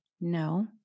No